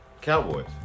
Cowboys